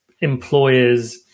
employers